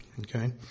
Okay